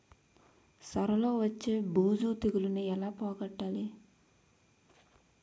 సొర లో వచ్చే బూజు తెగులని ఏల పోగొట్టాలి?